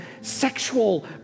sexual